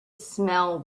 smell